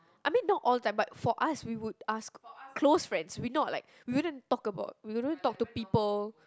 I mean not all the time but for us we would ask close friends we not like we wouldn't talk about we don't talk to people